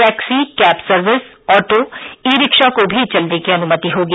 taxi cab service auto e rickshaw को भी चलने की अनुमति होगी